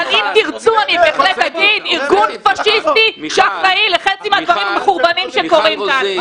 כי להגיד את זה שאנחנו בעד טרור --- הנה,